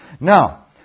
Now